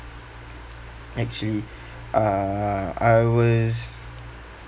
actually uh I was